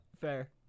fair